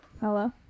Hello